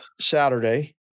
Saturday